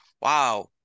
wow